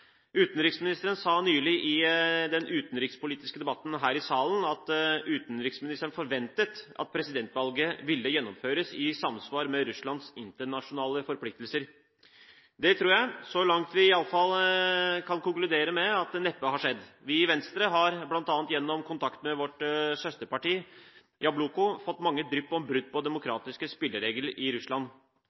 Utenriksministeren sa nylig i den utenrikspolitiske debatten her i salen at han forventet at presidentvalget ville gjennomføres i samsvar med Russlands internasjonale forpliktelser. Det tror jeg vi – så langt i hvert fall – kan konkludere med at neppe har skjedd. Vi i Venstre har bl.a. gjennom kontakt med vårt søsterparti Jabloko fått mange drypp om brudd på de demokratiske spilleregler i Russland.